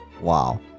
Wow